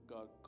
God